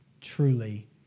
truly